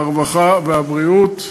הרווחה והבריאות.